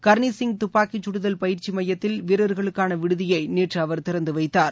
கர்னிசிங் துப்பாக்கிச்சுதல் பயிற்சி னமயத்தில் வீரர்களுக்கான விடுதியை நேற்று அவர் திறந்து வைத்தார்